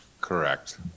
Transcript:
Correct